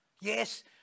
Yes